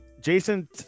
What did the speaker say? Jason